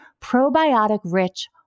probiotic-rich